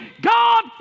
God